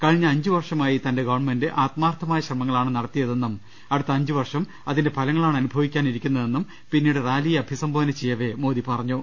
കഴിഞ്ഞ അഞ്ച് വർഷമായി തന്റെ ഗവൺമെന്റ് ആത്മാർത്ഥ മായ ശ്രമങ്ങളാണ് നടത്തിയതെന്നും അടുത്ത അഞ്ച് വർഷം അതിന്റെ ഫലങ്ങളാണ് അനുഭവിക്കാനിരിക്കുന്നതെന്നും പിന്നീട് റാലിയെ അഭിസംബോധന ചെയ്യവെ മോദി പറഞ്ഞു